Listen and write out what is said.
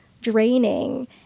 draining